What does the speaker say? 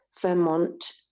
Vermont